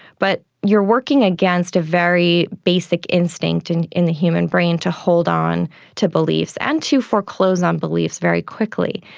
but you're working against a very basic instinct and in the human brain to hold on to beliefs and to foreclose on beliefs very quickly.